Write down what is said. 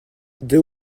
deux